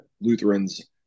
lutherans